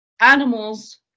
Animals